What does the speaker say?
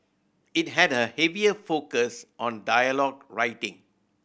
it had a heavier focus on dialogue writing